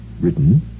Written